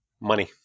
Money